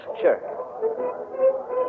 sure